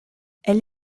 elle